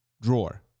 drawer